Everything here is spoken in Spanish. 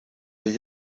hay